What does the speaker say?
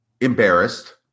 embarrassed